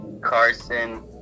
Carson